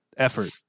effort